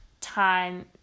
time